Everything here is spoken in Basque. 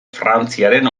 frantziaren